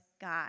God